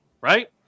right